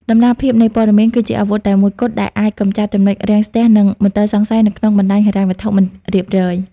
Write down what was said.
តម្លាភាពនៃព័ត៌មាន គឺជាអាវុធតែមួយគត់ដែលអាចកម្ចាត់ចំណុចរាំងស្ទះ និងមន្ទិលសង្ស័យនៅក្នុងបណ្តាញហិរញ្ញវត្ថុមិនរៀបរយ។